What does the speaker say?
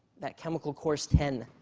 that chemical course ten